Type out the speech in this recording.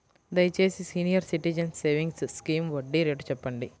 దయచేసి senior citizens savings scheme వడ్డీ rate చెప్పండి